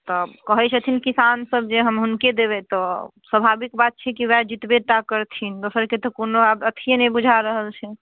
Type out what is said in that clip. तऽ कहैत छथिन किसान सबजे हम हुनके देबै तऽ स्वभाविक बात छै कि ओएह जितबे टा करथिन दोसरके तऽ कोनो आब अथिये नहि बुझा रहल छै